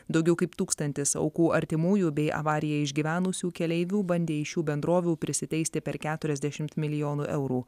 daugiau kaip tūkstantis aukų artimųjų bei avariją išgyvenusių keleivių bandė iš šių bendrovių prisiteisti per keturiasdešimt milijonų eurų